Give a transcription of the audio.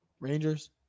Rangers